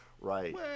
right